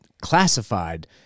classified